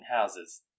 houses